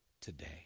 today